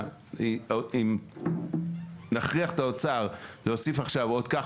אם נכריח את האוצר להוסיף עכשיו עוד כך